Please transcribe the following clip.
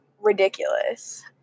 ridiculous